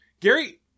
Gary